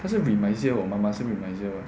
那是你买一些我妈妈也买一些 [what]